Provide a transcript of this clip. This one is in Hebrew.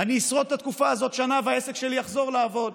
אני אשרוד את התקופה הזאת שנה והעסק שלי יחזור לעבוד.